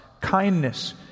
kindness